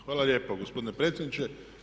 Hvala lijepo gospodine predsjedniče.